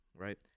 right